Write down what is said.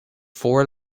four